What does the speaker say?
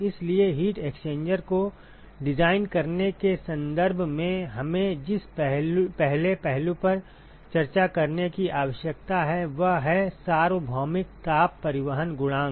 इसलिए heat exchanger को design करने के संदर्भ में हमें जिस पहले पहलू पर चर्चा करने की आवश्यकता है वह है सार्वभौमिक ताप परिवहन गुणांक